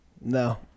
No